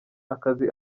akazi